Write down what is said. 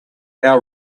our